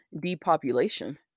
depopulation